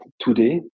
today